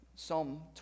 Psalm